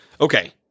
okay